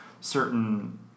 certain